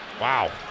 Wow